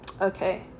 okay